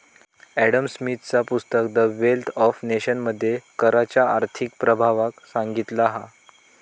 Adam स्मिथचा पुस्तक the wealth of nation मध्ये कराच्या आर्थिक प्रभावाक सांगितला हा